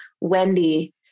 Wendy